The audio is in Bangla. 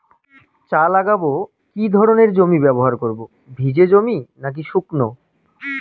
চা লাগাবো কি ধরনের জমি ব্যবহার করব ভিজে জমি নাকি শুকনো?